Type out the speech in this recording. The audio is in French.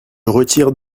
retire